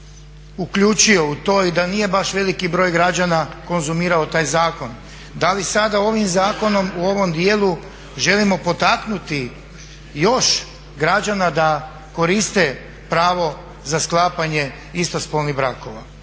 uključio u to i da nije baš veliki broj građana konzumirao taj zakon. Da li sada ovim zakonom u ovom djelu želimo potaknuti još građana da koriste pravo za sklapanje istospolnih brakova?